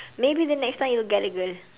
maybe the next time you'll get a girl